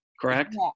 Correct